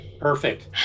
perfect